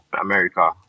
America